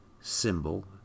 symbol